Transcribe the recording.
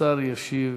השר ישיב